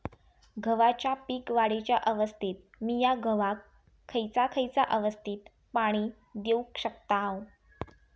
गव्हाच्या पीक वाढीच्या अवस्थेत मिया गव्हाक खैयचा खैयचा अवस्थेत पाणी देउक शकताव?